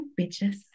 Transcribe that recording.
bitches